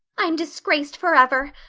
i'm disgraced forever.